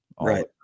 Right